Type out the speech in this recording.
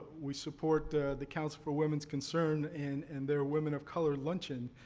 we support the the council for women's concerns and and their women of color luncheon.